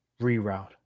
reroute